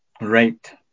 Right